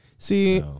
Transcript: See